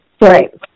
Right